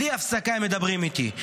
בלי הפסקה הם מדברים איתי,